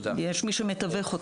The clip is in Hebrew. יש מי שמתווך אותו.